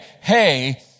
hey